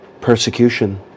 Persecution